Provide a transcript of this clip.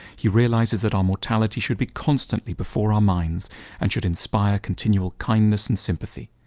he realises that our mortality should be constantly before our minds and should inspire continual kindness and sympathy.